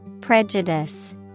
Prejudice